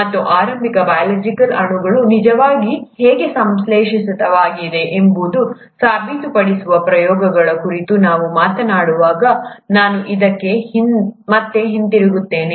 ಮತ್ತು ಆರಂಭಿಕ ಬಯೋಲಾಜಿಕಲ್ ಅಣುಗಳು ನಿಜವಾಗಿ ಹೇಗೆ ಸಂಶ್ಲೇಷಿತವಾಗಿವೆ ಎಂಬುದನ್ನು ಸಾಬೀತುಪಡಿಸುವ ಪ್ರಯೋಗಗಳ ಕುರಿತು ನಾವು ಮಾತನಾಡುವಾಗ ನಾನು ಇದಕ್ಕೆ ಮತ್ತೆ ಹಿಂತಿರುಗುತ್ತೇನೆ